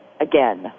again